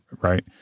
right